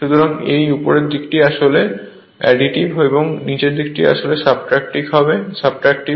সুতরাং এই উপরের দিকটি আসলে অ্যাডিটিভ এবং নীচের দিকটি সাবট্রাক্টটিভ